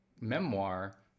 memoir